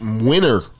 winner